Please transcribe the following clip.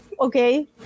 okay